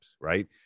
right